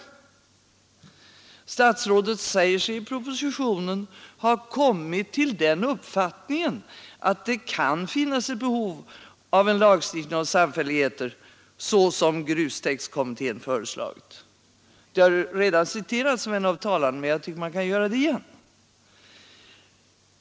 I propositionen säger sig statsrådet ha ”kommit till den uppfattningen” att det kan finnas ett behov av en lagstiftning om samfälligheter så som grustäktskommittén föreslagit. Detta har visserligen redan citerats av en av de föregående talarna, men jag tycker man kan göra det igen.